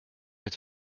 mit